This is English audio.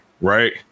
Right